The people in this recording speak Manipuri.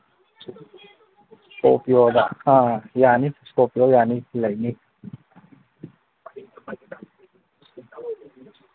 ꯏꯁꯀꯣꯔꯄꯤꯌꯣꯗ ꯑ ꯌꯥꯅꯤ ꯏꯁꯀꯣꯔꯄꯤꯌꯣ ꯌꯥꯅꯤ ꯂꯩꯅꯤ